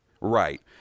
Right